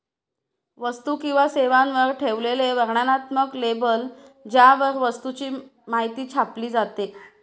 वस्तू किंवा सेवांवर ठेवलेले वर्णनात्मक लेबल ज्यावर वस्तूची माहिती छापली जाते